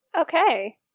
Okay